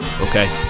Okay